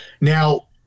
Now